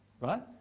Right